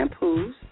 shampoos